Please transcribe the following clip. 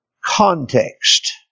context